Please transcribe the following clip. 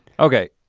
okay.